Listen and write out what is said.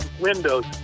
windows